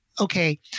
Okay